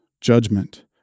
judgment